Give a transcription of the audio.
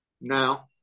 Now